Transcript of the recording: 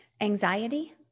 anxiety